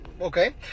Okay